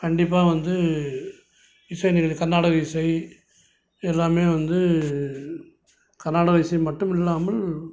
கண்டிப்பாக வந்து இசை நிகழ்ச்சி கர்நாடக இசை எல்லாமே வந்து கர்நாடகா இசை மட்டும் இல்லாமல்